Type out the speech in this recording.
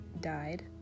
died